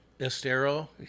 Estero